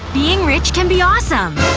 being rich can be awesome!